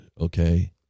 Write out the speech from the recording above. Okay